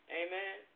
amen